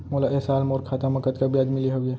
मोला ए साल मोर खाता म कतका ब्याज मिले हवये?